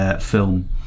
film